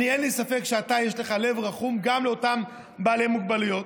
אין לי ספק שלך יש לב רחום גם לאותם בעלי מוגבלויות,